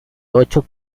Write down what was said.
ocho